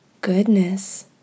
goodness